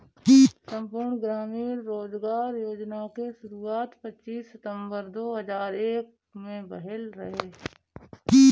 संपूर्ण ग्रामीण रोजगार योजना के शुरुआत पच्चीस सितंबर दो हज़ार एक में भइल रहे